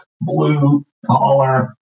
blue-collar